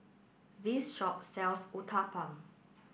this shop sells Uthapam